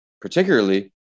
particularly